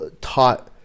taught